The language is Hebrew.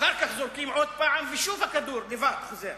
אחר כך זורקים עוד פעם, ושוב הכדור, לבד, חוזר.